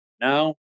no